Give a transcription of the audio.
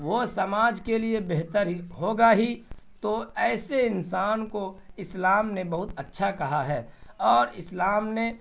وہ سماج کے لیے بہتر ہوگا ہی تو ایسے انسان کو اسلام نے بہت اچھا کہا ہے اور اسلام نے